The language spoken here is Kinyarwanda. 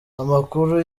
amakuru